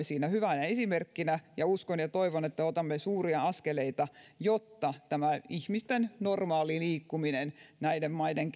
siinä hyvänä esimerkkinä uskon ja toivon että otamme suuria askeleita jotta tämä ihmisten normaali liikkuminen näiden maiden